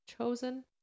chosen